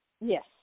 Yes